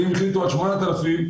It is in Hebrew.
אם החליטו על 8,000,